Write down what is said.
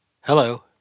Hello